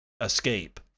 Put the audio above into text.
escape